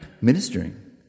ministering